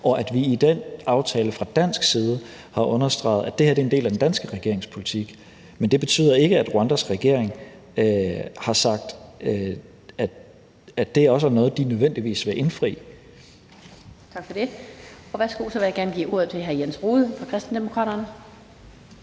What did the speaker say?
og at vi i den aftale fra dansk side har understreget, at det her er en del af den danske regerings politik. Men det betyder ikke, at Rwandas regering har sagt, at det også er noget, de nødvendigvis vil indfri. Kl. 15:42 Den fg. formand (Annette Lind): Tak for det. Så vil jeg gerne give ordet til hr. Jens Rohde fra Kristendemokraterne.